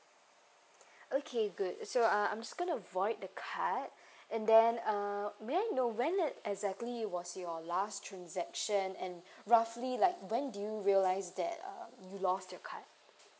okay good so uh I'm just going to void the card and then uh may I know when it exactly was your last transaction and roughly like when did you realize that um you lost your card